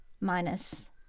minus